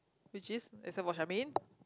which is is it about Charmaine